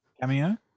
Cameo